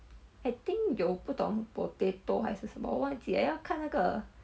I think 有不懂 potato 还是什么我忘记了要看那个